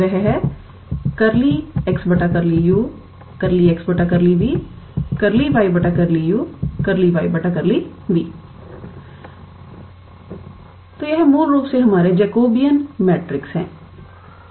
तो वह है तो यह मूल रूप से हमारे जेकोबियन मैट्रिक्स है